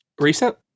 Recent